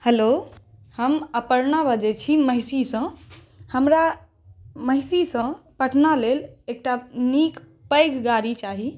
hello हम अपर्णा बजै छी महिषी सँ हमरा महिषी सँ पटना लेल एकटा नीक पैघ गाड़ी चाही